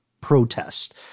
protest